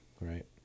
right